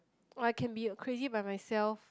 or I can be a crazy by myself